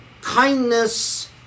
kindness